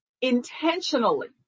intentionally